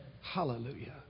Hallelujah